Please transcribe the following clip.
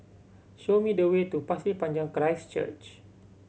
show me the way to Pasir Panjang Christ Church